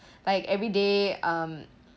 like everyday um